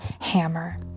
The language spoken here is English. hammer